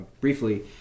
briefly